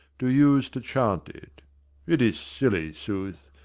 do use to chant it it is silly sooth,